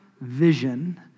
vision